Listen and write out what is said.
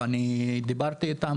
אני דיברתי איתם,